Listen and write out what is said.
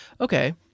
okay